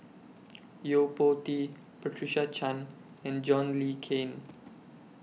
Yo Po Tee Patricia Chan and John Le Cain